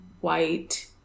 white